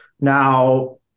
Now